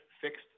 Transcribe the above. fixed